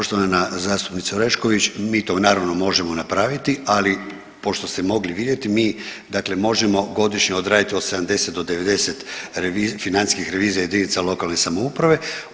Poštovana zastupnice Orešković, mi to naravno, možemo napraviti, ali pošto ste mogli vidjeti mi dakle možemo godišnje odraditi od 70 do 90 financijskih revizija jedinica lokalne samouprave.